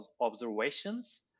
observations